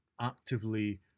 actively